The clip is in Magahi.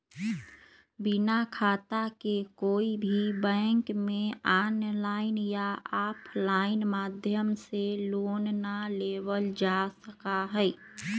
बिना खाता के कोई भी बैंक में आनलाइन या आफलाइन माध्यम से लोन ना लेबल जा सका हई